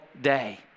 day